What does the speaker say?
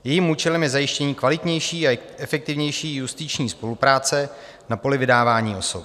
Jejím účelem je zajištění kvalitnější a efektivnější justiční spolupráce na poli vydávání osob.